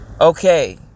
Okay